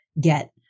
get